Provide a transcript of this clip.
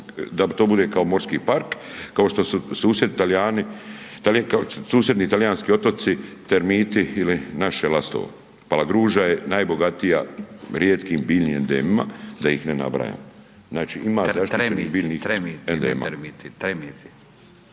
da to bude kao morski park kao što su susjedi Talijani, kao susjedni talijanski otoci Termiti ili naše Lastovo, Palagruža je najbogatija rijetkim biljnim endemima da ih ne nabrajam. Znači, imate … **Radin, Furio (Nezavisni)** Tremiti, Tremiti.